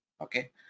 okay